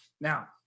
Now